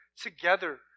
together